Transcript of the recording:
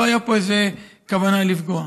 לא הייתה פה איזו כוונה לפגוע.